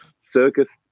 circus